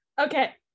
okay